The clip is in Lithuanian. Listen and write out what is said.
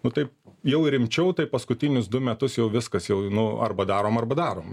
nu taip jau rimčiau tai paskutinius du metus jau viskas jau nu arba darom arba darom